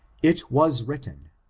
it was written,